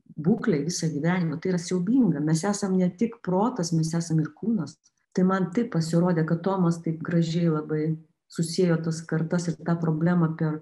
būklėj visą gyvenimą tai yra siaubinga mes esam ne tik protas mes esam ir kūnas tai man taip pasirodė kad tomas taip gražiai labai susiejo tas kartas ir tą problemą per